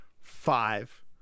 five